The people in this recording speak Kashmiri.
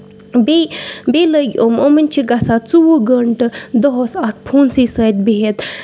بیٚیہِ بیٚیہِ لگۍ یِمۍ یِمَن چھُ گژھان ژوٚوُہ گنٹہٕ دوہس اَتھ فونسٕے سۭتۍ بیٚہتھ